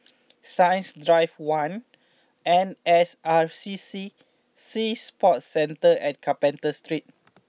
Science Drive one N S R C C Sea Sports Centre and Carpenter Street